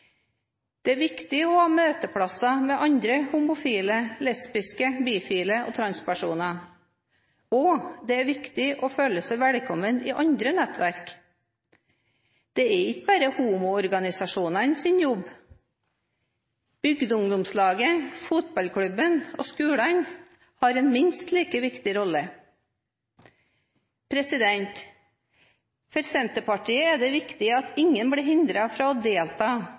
Det er viktig å ha møteplasser med andre homofile, lesbiske, bifile og transpersoner, og det er viktig å føle seg velkommen i andre nettverk. Dette er ikke bare homo-organisasjonenes jobb – bygdeungdomslaget, fotballklubben og skolene har en minst like viktig rolle. For Senterpartiet er det viktig at ingen blir hindret i å delta